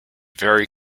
very